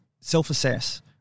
self-assess